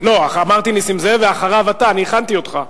הכנתי אותך.